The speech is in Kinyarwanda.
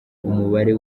umubare